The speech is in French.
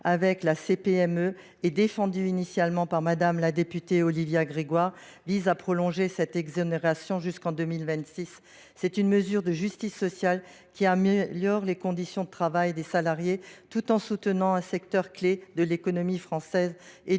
avec la CPME et défendu initialement par la députée Olivia Grégoire, vise à prolonger cette exonération jusqu’en 2026. C’est une mesure de justice sociale, qui améliore les conditions de travail des salariés tout en soutenant un secteur clé de l’économie française et